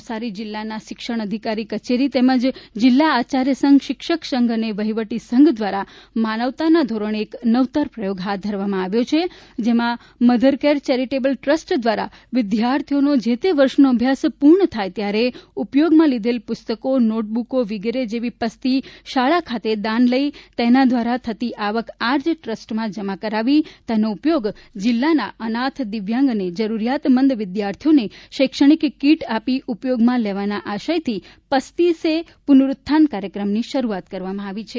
નવસારી જિલ્લાની શિક્ષણાધિકારી કચેરી તેમજ જિલ્લા આચાર્યસંધ શિક્ષકસંધ અને વહીવટી સંધ દ્વારા માનવતાના ધોરણે એક નવતર પ્રયોગ હાથ ધરવામાં આવ્યો જેમાં મધર કેર ચેરીટેબલ ટ્રસ્ટ દ્વારા વિઘાર્થીઓનો જે તે વર્ષનો અભ્યાસ પૂર્ણ થાય ત્યારે ઉપયોગમાં લીધેલ પુસ્તકો નોટબુકો વગેરે જેવી પસ્તી શાળા ખાતે દાન લઇ તેના ઘ્વારા થતી આવક આ ટ્રસ્ટમાં જમા કરાવી તેનો ઉપયોગ જિલ્લાના અનાથ દિવ્યાંગ અને જરૂરિયાતમંદ વિઘાર્થીઓને શૈક્ષણિક કીટ આપી ઉપયોગમાં લેવાના આશયથી પસ્તી તે પુનરૂથ્થાન કાર્યક્રમની શરૂઆત કરવામાં આવી છે